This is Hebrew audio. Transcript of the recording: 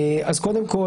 קודם כול,